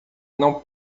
não